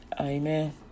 Amen